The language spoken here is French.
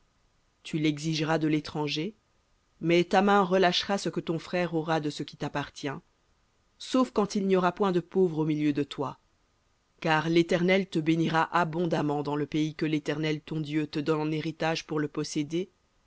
tu l'exigeras de l'étranger mais ta main relâchera ce que ton frère aura de ce qui tappartient sauf quand il n'y aura point de pauvre au milieu de toi car l'éternel te bénira abondamment dans le pays que l'éternel ton dieu te donne en héritage pour le posséder